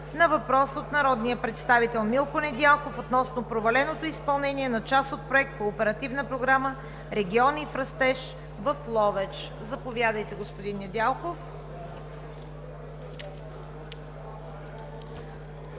на въпрос от народния представител Милко Недялков относно проваленото изпълнение на част от проект по Оперативна програма „Региони в растеж“ в Ловеч. Заповядайте, господин Недялков.